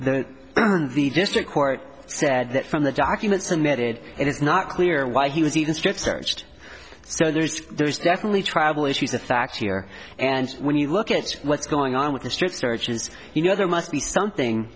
this the district court said that from the documents and that it is not clear why he was even strip searched so there's there's definitely travel issues a factor here and when you look at what's going on with the strip searches you know there must be something